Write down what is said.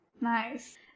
Nice